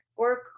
work